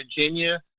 Virginia